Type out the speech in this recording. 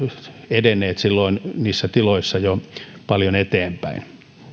edenneet silloin niissä tiloissa jo paljon eteenpäin